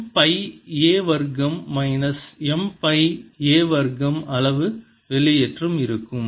M pi a வர்க்கம் minus M pi a வர்க்கம் அளவு வெளியேற்றம் இருக்கும்